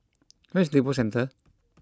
where is Lippo Centre